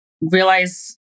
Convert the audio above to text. realize